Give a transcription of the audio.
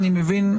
אני מבין,